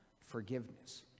forgiveness